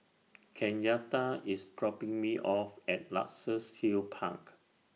Kenyatta IS dropping Me off At Luxus Hill Park